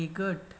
good